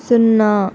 సున్నా